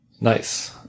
nice